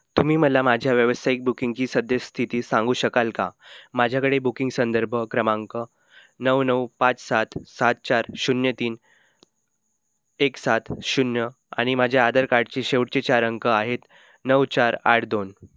तुम्ही मला माझ्या व्यावसायिक बुकिंगची सद्यस्थिती सांगू शकाल का माझ्याकडे बुकिंग संदर्भ क्रमांक नऊ नऊ पाच सात सात चार शून्य तीन एक सात शून्य आणि माझ्या आधार कार्डचे शेवटचे चार अंक आहेत नऊ चार आठ दोन